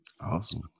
Awesome